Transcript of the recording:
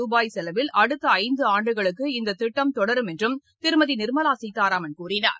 ரூபாய் செலவில் அடுத்தஐந்தான்டுகளுக்கு இந்ததிட்டம் தொடரும் என்றும் திருமதிநிர்மலாசீதாராமன் கூறினார்